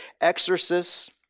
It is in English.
exorcists